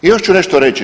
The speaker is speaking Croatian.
I još ću nešto reći.